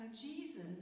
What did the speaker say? Jesus